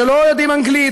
שלא יודעים אנגלית,